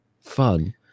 fun